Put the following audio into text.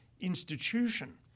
institution